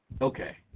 Okay